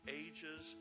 ages